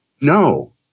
No